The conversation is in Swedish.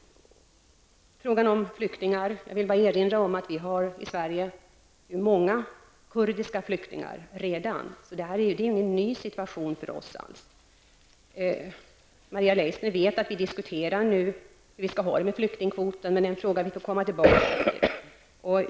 Jag vill erinra om att vi redan har många kurdiska flyktingar i Sverige, så det är inte alls någon ny situation för oss. Maria Leissner vet att vi diskuterar nu hur vi skall ha det med flyktingkvoten, men det är en fråga som vi får komma tillbaka till.